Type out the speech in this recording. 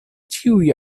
ĉiuj